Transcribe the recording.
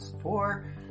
four